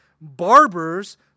barbers